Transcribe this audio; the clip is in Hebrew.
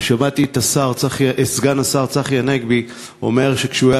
ושמעתי את סגן שר צחי הנגבי אומר שכשהוא היה